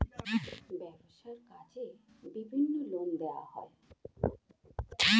ব্যবসার কাজে বিভিন্ন লোন দেওয়া হয়